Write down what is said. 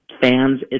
fans